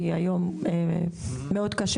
כי היום מאוד קשה,